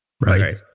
Right